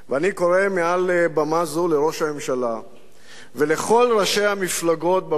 אני קורא מעל במה זו לראש הממשלה ולכל ראשי המפלגות בבית